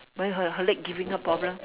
why her her leg giving her problem